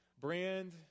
Brand